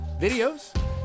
videos